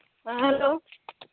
hello